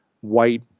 white